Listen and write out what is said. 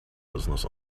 business